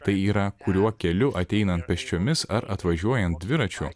tai yra kuriuo keliu ateinant pėsčiomis ar atvažiuojant dviračiu